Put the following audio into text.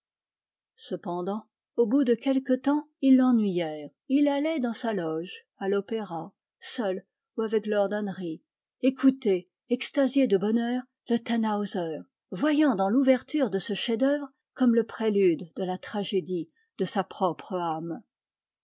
cependant au bout de quelque temps ils l'ennuyèrent et il allait dans sa loge à l'opéra seul ou avec lord henry écouter extasié de bonheur le tannhauser voyant dans l'ouverture de ce chef-d'œuvre comme le prélude de la tragédie de sa propre âme